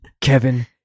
Kevin